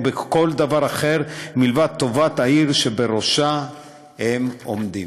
וכל דבר אחר מלבד טובת העיר שבראשה הם עומדים.